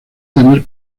tener